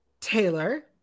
taylor